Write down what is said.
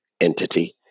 entity